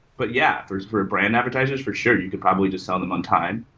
but yeah, for for ah brand advertisers, for sure. you could probably just sell them on time.